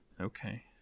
Okay